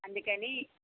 అందుకని